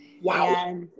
Wow